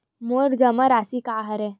मोर जमा राशि का हरय?